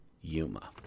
Yuma